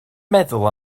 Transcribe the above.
meddwl